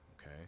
okay